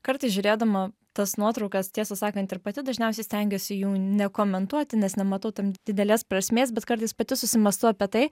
kartais žiūrėdama tas nuotraukas tiesą sakant ir pati dažniausiai stengiuosi jų nekomentuoti nes nematau tam didelės prasmės bet kartais pati susimąstau apie tai